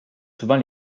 souvent